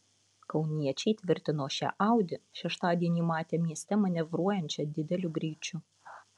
kauniečiai tvirtino šią audi šeštadienį matę mieste manevruojančią dideliu greičiu